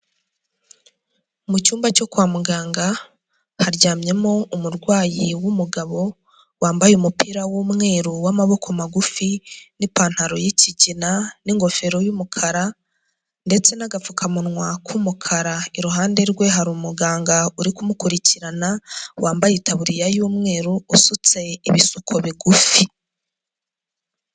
Mu cyumba cyo kwa muganga haryamyemo umurwayi w'umugabo wambaye umupira w'umweru w'amaboko magufi, n'ipantaro y'ikigina n'ingofero y'umukara, ndetse n'agapfukamunwa k'umukara, iruhande rwe hari umuganga uri kumukurikirana wambaye itaburiya y'umweru usutse ibisuko bigufi.